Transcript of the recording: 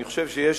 אני חושב שיש